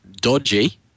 dodgy